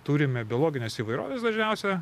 turime biologinės įvairovės dažniausia